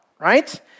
right